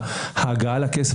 ההגעה לכסף,